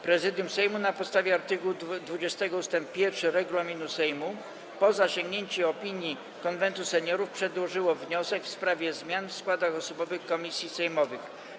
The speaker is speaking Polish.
Prezydium Sejmu na podstawie art. 20 ust. 1 regulaminu Sejmu, po zasięgnięciu opinii Konwentu Seniorów, przedłożyło wniosek w sprawie zmian w składach osobowych komisji sejmowych.